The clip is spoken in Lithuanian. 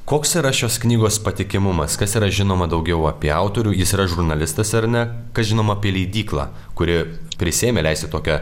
koks yra šios knygos patikimumas kas yra žinoma daugiau apie autorių jis yra žurnalistas ar ne kas žinoma apie leidyklą kuri prisiėmė leisti tokią